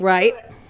Right